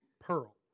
pearl